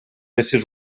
éssers